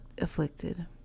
afflicted